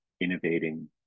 innovating